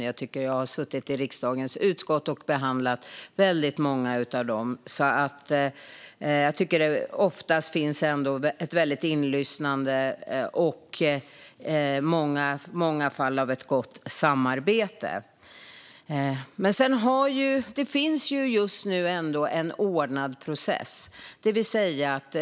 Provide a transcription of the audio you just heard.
Jag har suttit i riksdagens utskott och behandlat väldigt många av dem, och jag tycker att det oftast finns ett väldigt inlyssnande och många fall av gott samarbete. Det finns ändå en ordnad process just nu.